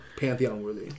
Pantheon-worthy